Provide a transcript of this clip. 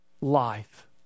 life